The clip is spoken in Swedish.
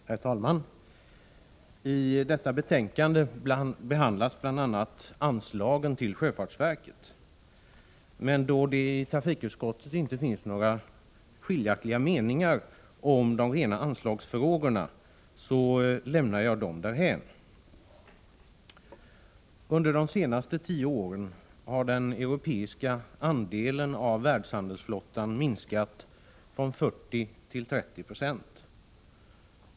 Herr talman! I detta betänkande behandlas bl.a. anslagen till sjöfartsverket, men då det i trafikutskottet inte finns några skiljaktiga meningar om de rena anslagsfrågorna lämnar jag dem därhän. Under de senaste tio åren har den europeiska andelen av världshandelsflottan minskat från 40 till 30 26.